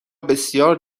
بسیار